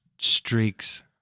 streaks